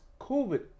COVID